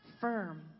firm